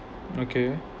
okay